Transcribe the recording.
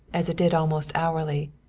as it did almost hourly,